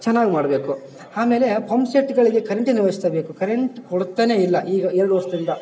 ಚೆನ್ನಾಗ್ ಮಾಡಬೇಕು ಆಮೇಲೆ ಪಂಪ್ಸೆಟ್ಗಳಿಗೆ ಕರೆಂಟಿನ ವ್ಯವಸ್ಥೆ ಬೇಕು ಕರೆಂಟ್ ಕೊಡ್ತನೆ ಇಲ್ಲ ಈಗ ಎರಡು ವರ್ಷದಿಂದ